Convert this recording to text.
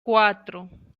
cuatro